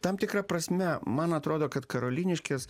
tam tikra prasme man atrodo kad karoliniškės